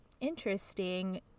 interesting